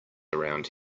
around